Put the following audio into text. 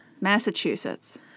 Massachusetts